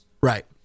Right